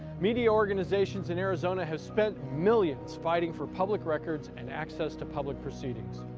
media organizations in arizona have spent millions fighting for public records and access to public proceedings.